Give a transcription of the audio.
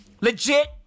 Legit